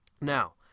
Now